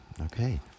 Okay